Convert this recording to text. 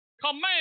command